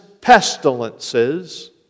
pestilences